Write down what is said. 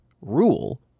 rule